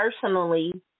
personally